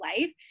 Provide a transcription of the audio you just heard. life